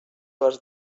les